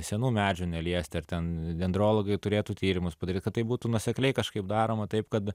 senų medžių neliesti ar ten dendrologai turėtų tyrimus padaryti kad tai būtų nuosekliai kažkaip daroma taip kad